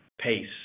pace